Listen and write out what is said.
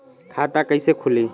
खाता कइसे खुली?